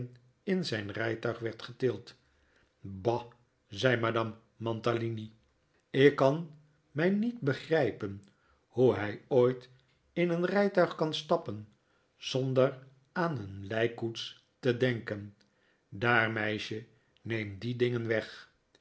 in zijn rijtuig werd getild bah zei madame mantalini ik kan mij niet begrijpen hoe hij ooit in een rijtuig kan stappen zonder aan een lijkkoets te denken daar meisje neem die dingen weg